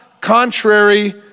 contrary